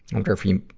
wonder if he,